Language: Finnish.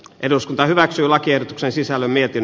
eduskunta hyväksyi lakiehdotuksen sisällä mietin